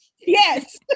Yes